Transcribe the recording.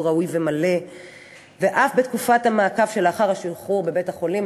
ראוי ומלא אף בתקופת המעקב שלאחר השחרור מבית-החולים.